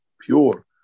pure